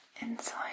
inside